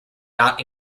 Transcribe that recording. not